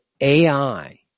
AI